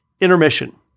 intermission